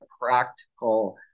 practical